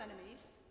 enemies